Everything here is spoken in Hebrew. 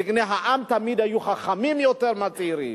זקני העם תמיד היו חכמים יותר מהצעירים.